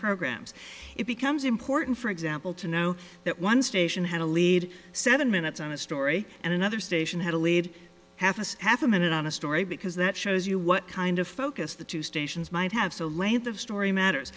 programs it becomes important for example to know that one station had a lead seven minutes on a story and another station had a lead half a half a minute on a story because that shows you what kind of focus the two stations might have so length of story matters